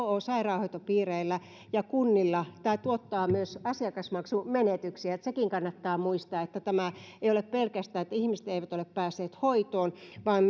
sairaanhoitopiireille ja kunnille tämä tuottaa myös asiakasmaksumenetyksiä sekin kannattaa muistaa että tämä ei tarkoita pelkästään sitä että ihmiset eivät ole päässeet hoitoon vaan